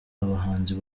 abahanzi